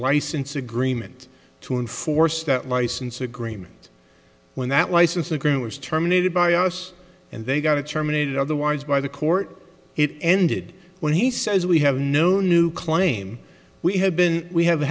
license agreement to enforce that license agreement when that license agreement was terminated by us and they got it terminated otherwise by the court it ended when he says we have no new claim we have been we have